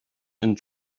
and